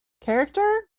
character